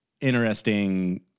interesting